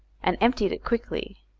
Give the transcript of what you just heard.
and emptied it quickly.